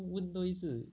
你没有问多一次